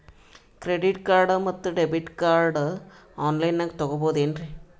Credit card ಮತ್ತು debit card ಆನ್ ಲೈನಾಗ್ ತಗೋಬಹುದೇನ್ರಿ?